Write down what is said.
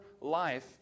life